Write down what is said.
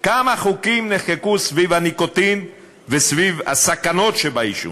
נחקקו סביב הניקוטין וסביב הסכנות שבעישון,